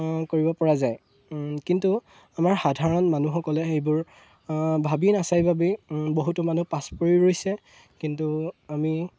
কৰিব পৰা যায় কিন্তু আমাৰ সাধাৰণ মানুহসকলে সেইবোৰ ভাবি নাচাই বাবেই বহুতো মানুহ পাছ পৰি ৰৈছে কিন্তু আমি